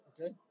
Okay